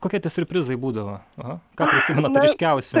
kokie tie siurprizai būdavo a ką prisimenat ryškiausiai